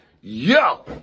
yo